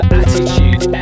attitude